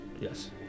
Yes